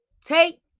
take